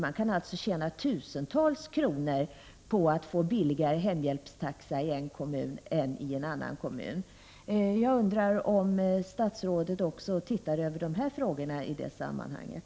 Man kan tjäna tusentals kronor på lägre hemhjälpstaxa i en kommun än i en annan. Tar statsrådet upp även de frågorna i det här sammanhanget?